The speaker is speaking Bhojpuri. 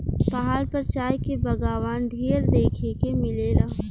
पहाड़ पर चाय के बगावान ढेर देखे के मिलेला